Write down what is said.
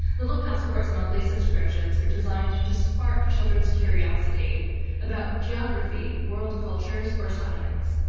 little passports monthly subscriptions are designed to to spark children's curiosity about geography, world cultures, or science.